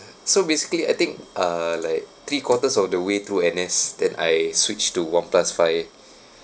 so basically I think uh like three quarters of the way through N_S then I switched to oneplus five